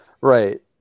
Right